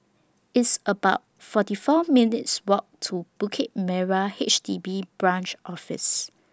It's about forty four minutes' Walk to Bukit Merah H D B Branch Office